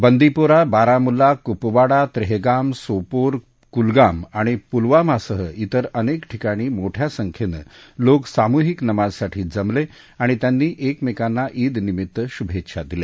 बंदिपोरा बारामुल्ला कूपवाडा त्रेहगाम सोपोर कुलगाम आणि पुलवामासह त्रेर अनेक ठिकाणी मोठ्या संख्येने लोक सामूहिक नमाजसाठी जमले आणि त्यांनी एकमेकांना ईदनिमित्त शुभेच्छा दिल्या